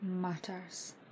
matters